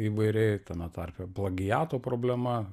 įvairiai tame tarpe plagiato problema